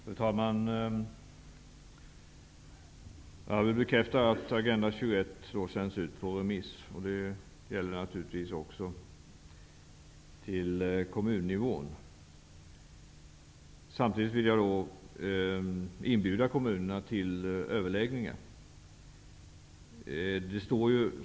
Fru talman! Jag vill bekräfta att Agenda 21 sänds ut på remiss, och det gäller naturligtvis också på kommunnivå. Samtidigt vill jag inbjuda kommunerna till överläggningar.